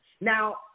Now